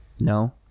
No